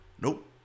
Nope